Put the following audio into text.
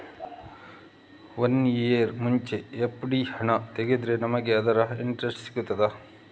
One year ಮುಂಚೆ FD ಹಣ ತೆಗೆದ್ರೆ ನಮಗೆ ಅದರ ಇಂಟ್ರೆಸ್ಟ್ ಸಿಗ್ತದ?